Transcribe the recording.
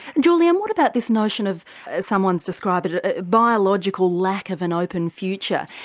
julian what about this notion of as someone's described it a biologically lack of an open future.